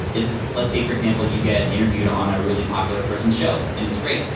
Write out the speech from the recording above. is, let's say for example, you get interviewed on a really popular person's show, and it's great.